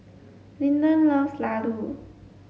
Lyndon loves Laddu